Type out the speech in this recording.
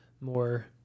more